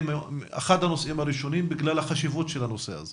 אחד הנושאים הראשונים בגלל החשיבות של הנושא הזה